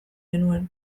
genuen